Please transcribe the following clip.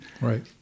Right